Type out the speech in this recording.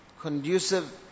conducive